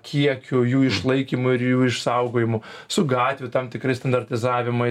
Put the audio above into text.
kiekiu jų išlaikymu ir jų išsaugojimu su gatvių tam tikrais standartizavimais